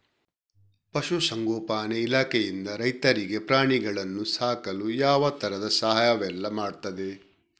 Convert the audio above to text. ಪಶುಸಂಗೋಪನೆ ಇಲಾಖೆಯಿಂದ ರೈತರಿಗೆ ಪ್ರಾಣಿಗಳನ್ನು ಸಾಕಲು ಯಾವ ತರದ ಸಹಾಯವೆಲ್ಲ ಮಾಡ್ತದೆ?